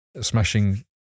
Smashing